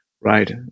right